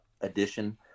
edition